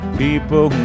people